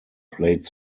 played